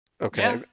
Okay